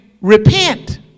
repent